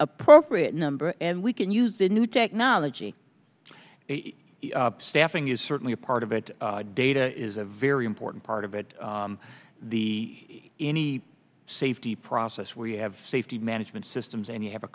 appropriate number and we can use the new technology staffing is certainly a part of it data is a very important part of it the any safety process we have safety management systems and you have a